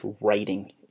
writing